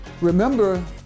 Remember